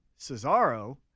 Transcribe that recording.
Cesaro